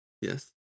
Yes